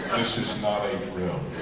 this is not a drill.